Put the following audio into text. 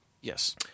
Yes